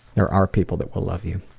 there are people that will love you.